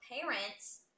parents